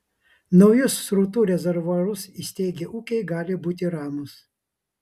naujus srutų rezervuarus įsirengę ūkiai gali būti ramūs